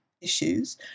issues